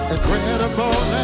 Incredible